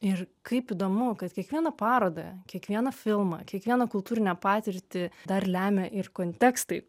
ir kaip įdomu kad kiekvieną parodą kiekvieną filmą kiekvieną kultūrinę patirtį dar lemia ir kontekstai